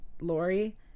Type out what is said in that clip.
Lori